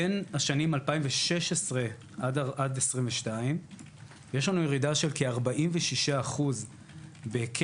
בין השנים 2016 עד 2022 יש לנו ירידה של כ-46% בהיקף